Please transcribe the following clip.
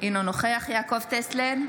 אינו נוכח יעקב טסלר,